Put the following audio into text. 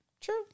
true